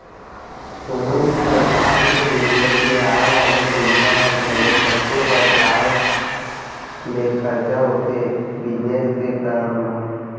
कोनो भी परकार के बिजनेस ले आय वाले पइसा ह घलौ कतको परकार ले खरचा होथे बिजनेस के करब म